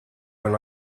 when